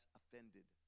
offended